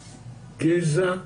גזע,